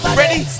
ready